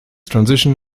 transition